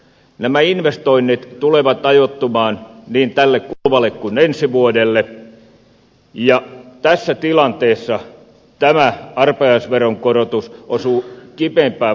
nämä investoinnit tulevat ajoittumaan niin tälle kuluvalle kuin ensi vuodelle ja tässä tilanteessa tämä arpajaisveron korotus osuu kipeimpään mahdolliseen aikaan